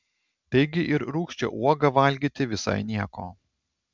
taigi ir rūgščią uogą valgyti visai nieko